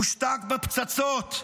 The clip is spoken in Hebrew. הושתק בפצצות,